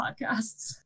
podcasts